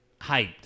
hyped